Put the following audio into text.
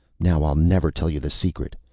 now i'll never tell you the secret.